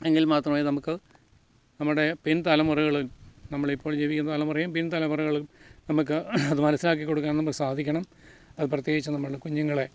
എങ്കിൽ മാത്രമേ നമുക്ക് നമ്മുടെ പിൻതലമുറകളിൽ നമ്മൾ ഇപ്പോൾ ജീവിക്കുന്ന തലമുറയും പിൻതലമുറകളും നമുക്ക് അത് മനസ്സിലാക്കികൊടുക്കാൻ നമുക്ക് സാധിക്കണം അത് പ്രത്യേകിച്ച് നമ്മളുടെ കുഞ്ഞുങ്ങളെ